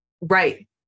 right